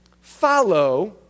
follow